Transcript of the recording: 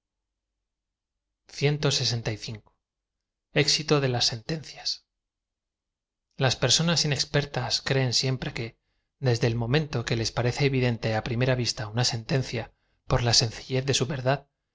é x iio de la sentencia las personas inexpertas creen siempre que desde e l momento que les parece evidente á prim era vista una sentencia por la sencillez de su verdad